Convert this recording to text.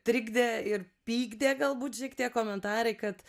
trikdė ir pykdė galbūt šiek tiek komentarai kad